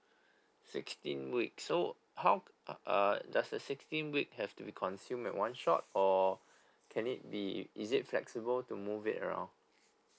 sixteen weeks so how uh does the sixteen week have to be consumed at one shot or can it be is it flexible to move it around